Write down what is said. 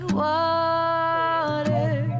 water